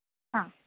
അ